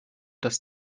das